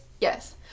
Yes